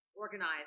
Organize